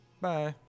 bye